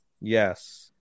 Yes